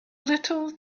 little